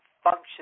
Function